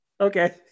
Okay